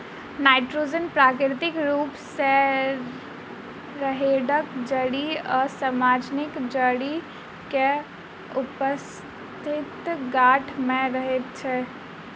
nitrogen प्राकृतिक रूप सॅ राहैड़क जड़ि आ सजमनिक जड़ि मे उपस्थित गाँठ मे रहैत छै